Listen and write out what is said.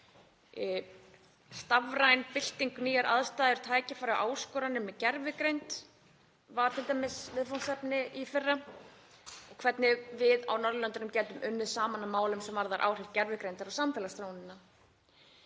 „Stafræn bylting – nýjar aðstæður, tækifæri og áskoranir með gervigreind“ var t.d. viðfangsefni í fyrra, um hvernig við á Norðurlöndunum gætum unnið saman að málum sem varða áhrif gervigreindar á samfélagsþróunina.